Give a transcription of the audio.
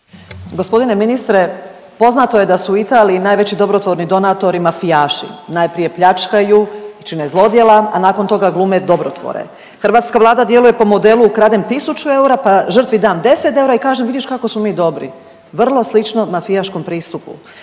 Gospodine ministre poznato je da su u Italiji najveći dobrotvorni donatori mafijaši, najprije pljačkaju, učine zlodjela, a nakon toga glume dobrotvore. Hrvatska Vlada djeluje po modelu ukradem tisuću eura pa žrtvi dam 10 eura i kažem vidiš kako smo mi dobri. Vrlo slično mafijaškom pristupu.